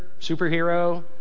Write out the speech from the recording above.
superhero